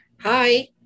Hi